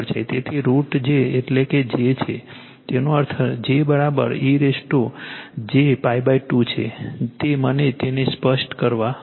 તેથી √ j એટલે અને j છે તેનો અર્થ j e j π 2 છે તે મને તેને સ્પષ્ટ કરવા દો